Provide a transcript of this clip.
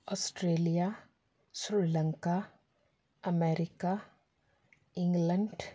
Australia Sri Lanka America England